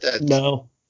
No